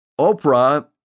Oprah